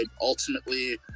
ultimately